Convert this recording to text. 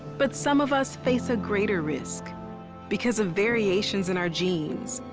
but some of us face a greater risk because of variations in our genes